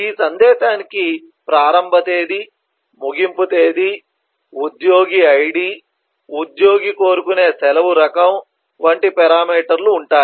ఈ సందేశానికి ప్రారంభ తేదీ ముగింపు తేదీ ఉద్యోగి ఐడి ఉద్యోగి కోరుకునే సెలవు రకం వంటి పేరామీటర్లు ఉంటాయి